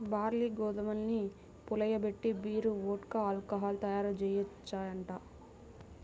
barley, గోధుమల్ని పులియబెట్టి beer, vodka, alcohol తయ్యారుజెయ్యొచ్చంట